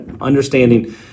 understanding